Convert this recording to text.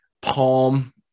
palm